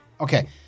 okay